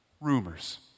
rumors